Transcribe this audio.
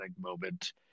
moment